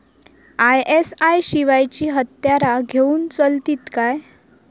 ISI शिवायची हत्यारा घेऊन चलतीत काय?